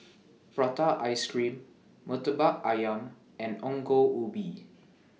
Prata Ice Cream Murtabak Ayam and Ongol Ubi